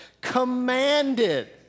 commanded